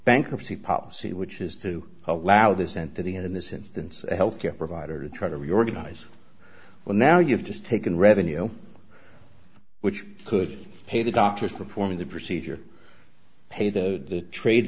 bankruptcy policy which is to allow this entity in this instance a health care provider to try to reorganize well now you've just taken revenue which could pay the doctors performing the procedure pay the trade